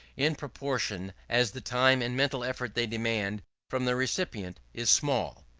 in proportion as the time and mental effort they demand from the recipient is small.